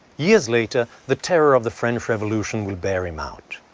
years later, the terror of the french revolution will bear him out.